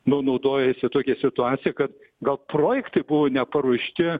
nu naudojasi tokia situacija kad gal projektai buvo neparuošti